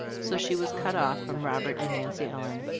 so she was cut off from robert and nancy ellen.